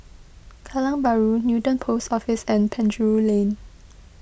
Kallang Bahru Newton Post Office and Penjuru Lane